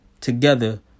together